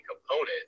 component